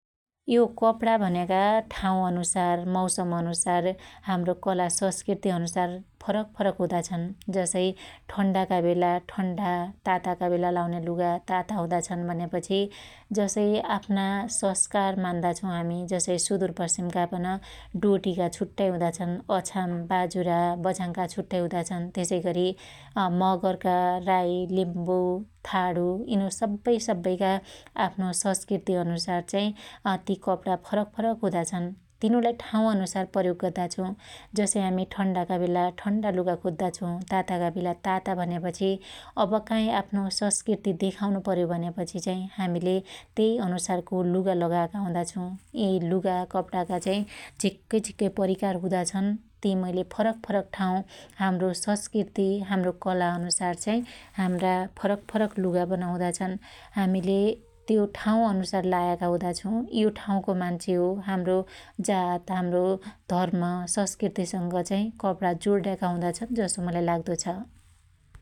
यो कप्णा भन्याका ठाँउ अनुसार मौसम अनुसार हाम्रो कला सस्कृती अनुसार फरक फरक हुदा छन् । जसै ठन्डाका बेला ठन्डा ताताका बेला लाउन्या लुगा ताता हुदाछन भन्यापछि जसै आफ्ना सस्कार मान्दा छु हामी, जसै सुदूरपश्चिमका पन डोटीका छुट्टाई हुदा छन अछाम बाजुरा बझाघका छुट्टाई हुदा छन । तेसैगरी मगरका, राई लिम्बु ,थाणु यिनु सब्बै सब्बैका आफ्नो सस्कृति अनुसार चाहि अति कपडा चाहि फरक फरक हुदा छन् । तिनुलाई ठाँउ अनुसार प्रयो गद्दा छु । जसै हामी ठन्डाका बेला ठन्डा लुगा खोद्दा छु ताताका बेला ताता भन्यापछी अब काई आफ्नो सक्कृति देखाउनु प्रयो भन्यापछि चाई हामिले त्यए अनुसारको लुगा लगाका हुदा छौ । यि लुगा कपडाका चाहि झिक्कै झिक्कै परिकार हुदा छन् । ति मइले फरक फरक ठाँउ हाम्रो सस्कृति हाम्रो कला अनुसार चाहि हाम्रा फरक फरक लुगा पन हुदा छन् । हामीले त्यो ठाँउ अनुसार लायाका हुदा छौ । यो ठाँउको मान्छे हो हाम्रो जात हाम्रो धर्म सस्कृति संग चाहि कप्णा जोण्याका हुदाछन जसो मुलाई लाग्दो छ ।